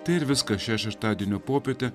tai ir viskas šeštadienio popietę